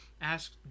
ask